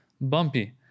bumpy